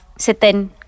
Certain